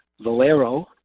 Valero